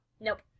Nope